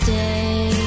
day